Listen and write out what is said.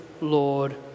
Lord